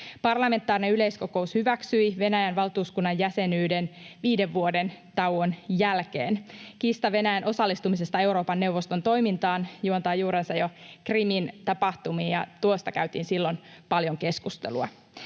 Parlamentaarinen yleiskokous hyväksyi Venäjän valtuuskunnan jäsenyyden viiden vuoden tauon jälkeen. Kiista Venäjän osallistumisesta Euroopan neuvoston toimintaan juontaa juurensa jo Krimin tapahtumista, ja tuosta käytiin silloin paljon keskustelua.